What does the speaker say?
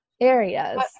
Areas